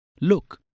Look